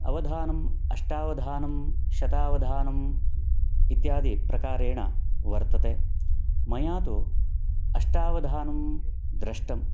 अवधानम् अष्टावधानं शतावधानम् इत्यादि प्रकारेण वर्तते मया तु अष्टावधानं द्रष्टम्